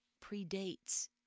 predates